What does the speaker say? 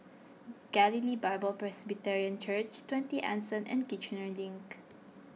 Galilee Bible Presbyterian Church twenty Anson and Kiichener Link